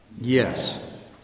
Yes